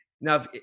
Now